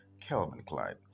Kelvin-Clyde